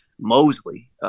Mosley